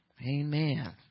Amen